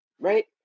Right